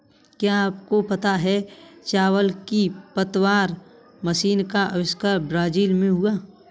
क्या आपको पता है चावल की पतवार मशीन का अविष्कार ब्राज़ील में हुआ